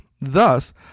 Thus